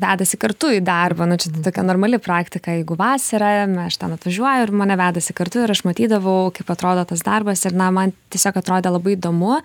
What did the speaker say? vedasi kartu į darbą nu čia tokia normali praktika jeigu vasara na aš ten atvažiuoju ir mane vedasi kartu ir aš matydavau kaip atrodo tas darbas ir na man tiesiog atrodė labai įdomu